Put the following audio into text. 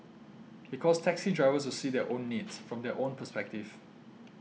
because taxi drivers will see their own needs from their own perspective